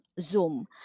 Zoom